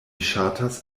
ŝatas